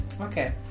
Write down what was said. Okay